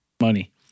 money